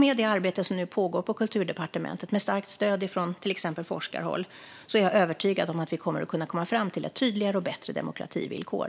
Med det arbete som nu pågår på Kulturdepartementet, med starkt stöd från till exempel forskarhåll, är jag övertygad om att vi kommer att kunna komma fram till ett tydligare och bättre demokrativillkor.